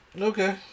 Okay